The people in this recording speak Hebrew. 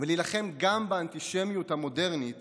ולהילחם גם באנטישמיות המודרנית